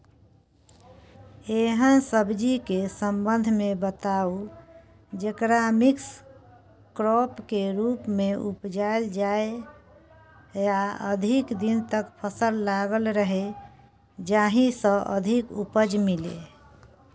एहन सब्जी के संबंध मे बताऊ जेकरा मिक्स क्रॉप के रूप मे उपजायल जाय आ अधिक दिन तक फसल लागल रहे जाहि स अधिक उपज मिले?